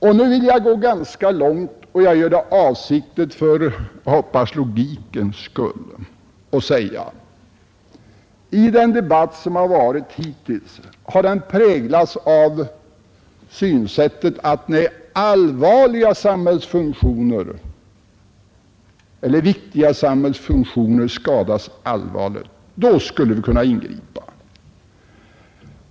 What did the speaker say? Och nu vill jag gå ganska långt — jag gör det avsiktligt för, hoppas jag, logikens skull — och säga följande. Den debatt som förts har präglats av synsättet att när viktiga samhällsfunktioner skadas allvarligt, då skulle vi kunna ingripa.